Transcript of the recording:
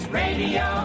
radio